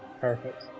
perfect